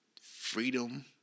freedom